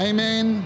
Amen